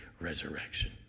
resurrection